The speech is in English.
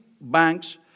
banks